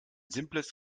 simples